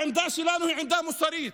העמדה שלנו היא עמדה מוסרית